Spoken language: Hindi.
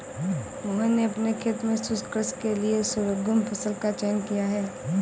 मोहन ने अपने खेत में शुष्क कृषि के लिए शोरगुम फसल का चयन किया है